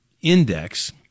index